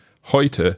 Heute